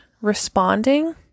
responding